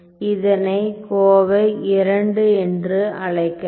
இதனை கோவை II என்று அழைக்கலாம்